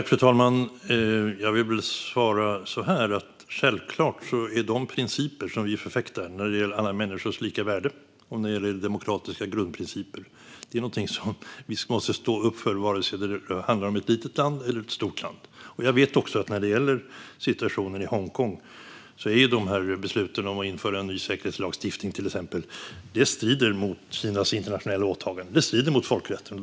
Fru talman! Jag vill svara så här: Självklart är de principer som vi förfäktar när det gäller alla människors lika värde och demokratiska grundprinciper någonting som vi måste stå upp för vare sig det handlar om ett litet land eller ett stort land. Jag vet att när det gäller situationen i Hongkong strider till exempel besluten om att införa en ny säkerhetslagstiftning mot Kinas internationella åtaganden och mot folkrätten.